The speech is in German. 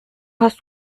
hast